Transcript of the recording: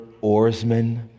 oarsmen